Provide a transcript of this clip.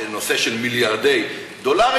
זה נושא של מיליארדי דולרים,